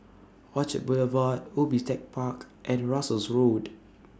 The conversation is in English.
Orchard Boulevard Ubi Tech Park and Russels Road